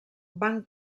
van